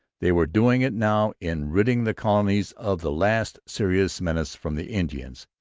they were doing it now in ridding the colonies of the last serious menace from the indians.